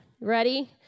Ready